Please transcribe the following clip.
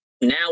now